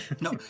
No